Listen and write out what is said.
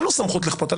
אין לו סמכות לכפות עלי.